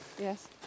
Yes